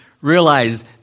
Realize